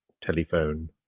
telephone